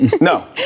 No